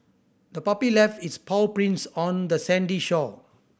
the puppy left its paw prints on the sandy shore